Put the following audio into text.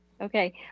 Okay